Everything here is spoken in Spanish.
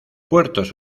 puertos